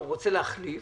הוא רוצה להחליף,